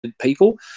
people